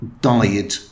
died